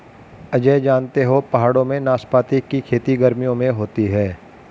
अजय जानते हो पहाड़ों में नाशपाती की खेती गर्मियों में होती है